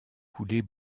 couler